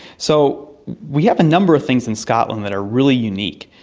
so we have a number of things in scotland that are really unique,